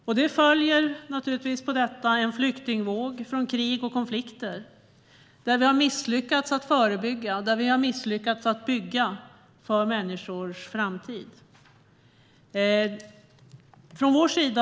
På detta följer naturligtvis en flyktingvåg från krig och konflikter, där vi har misslyckats att förebygga, misslyckats att bygga för människors framtid.